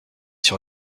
sur